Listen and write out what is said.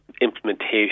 implementation